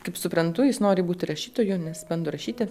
kaip suprantu jis nori būti rašytoju nes bando rašyti